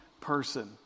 person